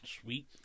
sweet